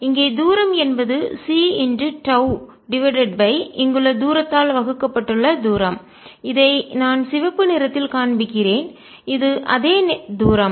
இங்கே தூரம் என்பது c τ டிவைடட் பை இங்குள்ள தூரத்தால் வகுக்கப்பட்டுள்ள தூரம் இதை நான் சிவப்பு நிறத்தில் காண்பிக்கிறேன் இது அதே தூரம்